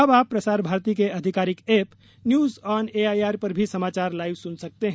अब आप प्रसार भारती के अधिकारिक एप न्यूज ऑन एआइआर पर भी समाचार लाइव सुन सकते हैं